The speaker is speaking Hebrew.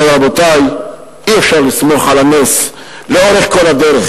אבל, רבותי, אי-אפשר לסמוך על הנס לאורך כל הדרך.